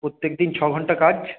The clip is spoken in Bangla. প্রত্যেকদিন ছঘণ্টা কাজ